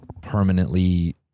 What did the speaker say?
permanently